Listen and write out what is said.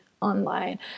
online